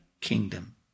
kingdom